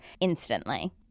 instantly